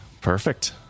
perfect